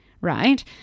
right